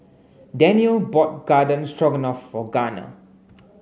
Danniel bought Garden Stroganoff for Garner